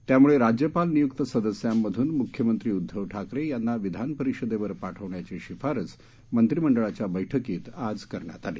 त्यामुळे राज्यपाल नियुक्त सदस्याधिन मुख्यमधीी उद्धव ठाकरे याती विधानपरिषदेवर पाठविण्याची शिफारस मत्रीमद्वळाच्या बैठकीत आज करण्यात आली